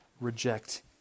reject